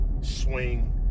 swing